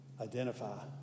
identify